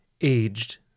aged